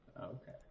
Okay